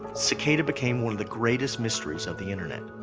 cicada became one of the greatest mysteries of the internet.